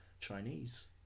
Chinese